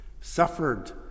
suffered